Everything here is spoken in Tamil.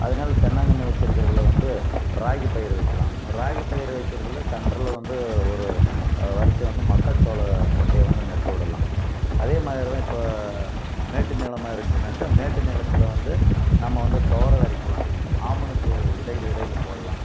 அதனால தென்னங்கன்று வச்சிருக்கறதில் வந்து ராகி பயிர் வக்கலாம் ராகி பயிர் வக்கிறதில் சென்டர்ல வந்து ஒரு வரிசையாக வந்து மக்காச்சோள கொட்டையை வந்து நட்டு விடலாம் அதே மாதிரி தான் இப்போ மேட்டு நிலமாக இருந்துச்சினாக்கா மேட்டு நிலத்தில் வந்து நம்ம வந்து துவர வெதைக்கலாம் ஆமணக்கு இடையில் இடையில் போடலாம்